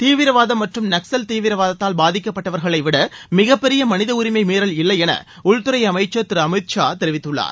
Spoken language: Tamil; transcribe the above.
தீவிரவாதம் மற்றும் நக்கல் தீவிரவாதத்தால் பாதிக்கப்பட்டவர்களை விட மிகப்பெரிய மனித உரிமை மீறல் இல்லை என உள்துறை அமைச்சர் திரு அமித் ஷா தெரிவித்துள்ளார்